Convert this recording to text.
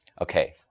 okay